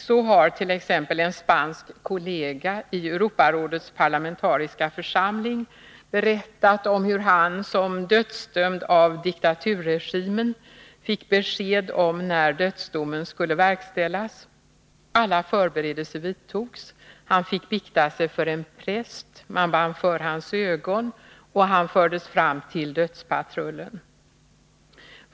Så har t.ex. en spansk kollega i Europarådets parlamentariska församling berättat om hur han som dödsdömd av diktaturregimen fick besked om när dödsdomen skulle verkställas. Alla förberedelser vidtogs, han fick bikta sig för en präst, man band för hans ögon och han fördes fram till dödspatrullen.